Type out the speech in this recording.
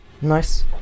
Nice